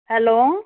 hello